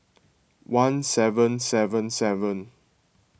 one seven seven seven